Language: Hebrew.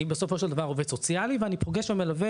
כי אני בסופו של דבר עובד סוציאלי ואני פוגש ומלווה